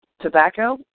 tobacco